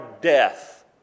death